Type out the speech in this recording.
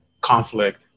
conflict